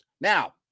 Now